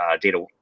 Data